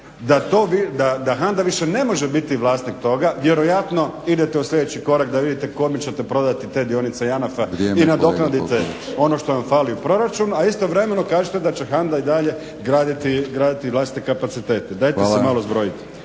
da HANDA više ne može biti vlasnik toga vjerojatno idete u sljedeći korak da vidite kome ćete prodati te dionice JANAF-a i nadoknadite ono što vam fali u proračunu a istovremeno kažete da će HANDA i dalje graditi vlastite kapacitete. Dajte se malo zbrojite.